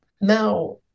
Now